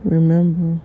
Remember